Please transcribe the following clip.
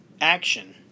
action